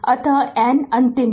अतः n अंतिम है